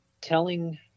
telling